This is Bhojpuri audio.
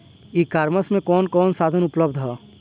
ई कॉमर्स में कवन कवन साधन उपलब्ध ह?